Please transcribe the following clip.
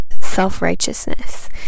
self-righteousness